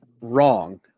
wrong